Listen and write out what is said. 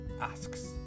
asks